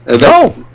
No